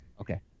Okay